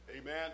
Amen